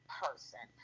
person